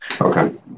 Okay